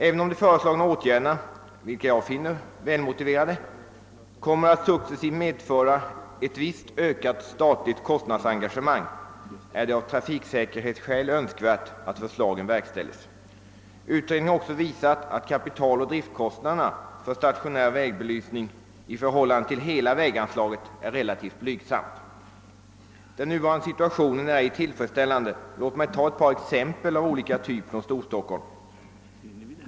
Även om de föreslagna åtgärderna — vilka jag finner mycket välmotiverade — kommer att successivt innebära ett visst ökat statligt kostnadsengagemang, är det av trafiksäkerhetsskäl önskvärt att förslagen genomföres. Utredningen har också visat att kapitaloch driftkostnaderna för stationär vägbelysning i förhållande till hela väganslaget är relativt blygsamma. Den nuvarande situationen är icke tillfredsställande. Låt mig ta ett par exempel av olika typer från Storstockholm.